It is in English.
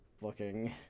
looking